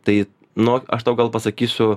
tai nu aš tau gal pasakysiu